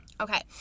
Okay